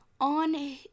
on